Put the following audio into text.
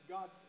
God